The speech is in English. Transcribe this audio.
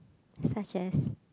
such as